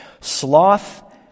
Sloth